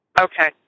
Okay